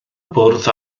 bwrdd